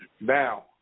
Now